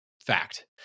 fact